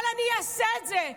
אבל אני אעשה את זה.